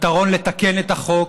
לתקן את החוק,